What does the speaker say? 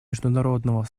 международного